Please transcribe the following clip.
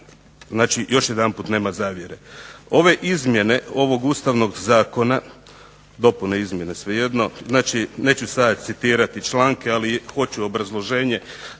znači još jedanput nema zavjere, ove izmjene ovog ustavnog zakona, dopune izmjene svejedno, znači neću sada citirati članke, ali hoću obrazloženje.